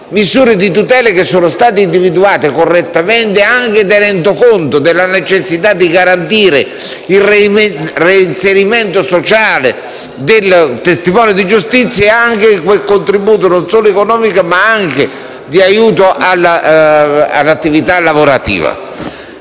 misure di tutela. Tali misure sono state individuate correttamente, anche tenendo conto della necessità di garantire il reinserimento sociale del testimone di giustizia, non solo con un contributo economico, ma anche con un aiuto all'attività lavorativa.